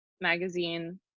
magazine